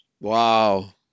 Wow